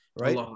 Right